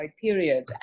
period